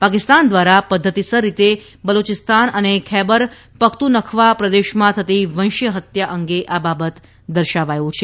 પાકિસ્તાન દ્વારા પદ્વતિસર રીતે બલોચિસ્તાન અને પૈબર પખ્તુનખ્વા પ્રદેશમમાં થતી વંશિય હત્યા અંગે આ બાબત દર્શાવ્યો છે